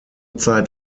zeit